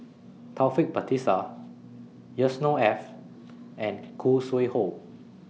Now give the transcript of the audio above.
Taufik Batisah Yusnor Ef and Khoo Sui Hoe